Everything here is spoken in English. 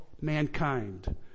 mankind